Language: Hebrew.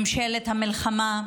ממשלת המלחמה,